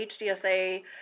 HDSA